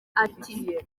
ati